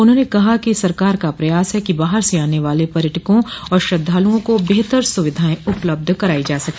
उन्होंने कहा कि सरकार का प्रयास है कि बाहर से आने वाले पर्यटकों और श्रद्धालुओं को बेहतर सुविधाएं उपलब्ध कराई जा सके